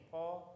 Paul